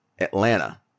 Atlanta